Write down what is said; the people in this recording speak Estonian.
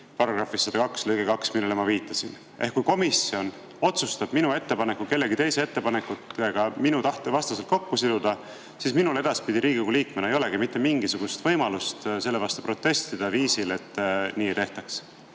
viidatud § 102 lõikes 2, millele ma viitasin. Ehk kui komisjon otsustab minu ettepaneku kellegi teise ettepanekuga minu tahte vastaselt kokku siduda, siis minul Riigikogu liikmena edaspidi ei olegi mitte mingisugust võimalust selle vastu protestida, et nii ei tehtaks